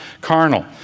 carnal